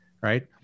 right